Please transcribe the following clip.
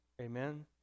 amen